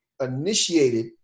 initiated